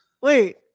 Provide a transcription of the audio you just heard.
Wait